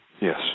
Yes